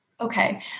okay